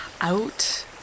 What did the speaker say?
out